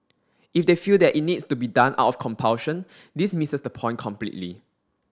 if they feel that it needs to be done out of compulsion this misses the point completely